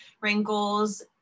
wrinkles